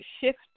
shift